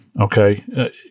okay